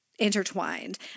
intertwined